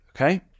Okay